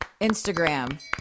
Instagram